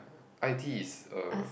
i_t is a